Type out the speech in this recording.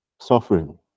Suffering